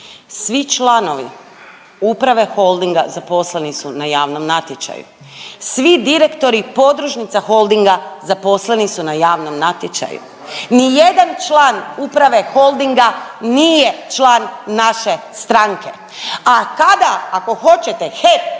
Svi članovi Uprave Holdinga zaposleni su na javnom natječaju, svi direktori Podružnica Holdinga zaposleni su na javnom natječaju, nijedan član Uprave Holdinga nije član naše stranke, a kada ako hoćete HEP,